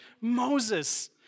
Moses